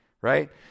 right